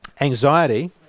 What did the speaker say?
Anxiety